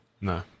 No